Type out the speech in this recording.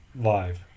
live